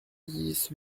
dix